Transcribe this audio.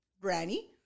Granny